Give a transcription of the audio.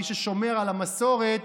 מי ששומר על המסורת,